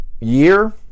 year